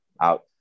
out